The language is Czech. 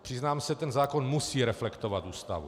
Přiznám se, ten zákon musí reflektovat Ústavu.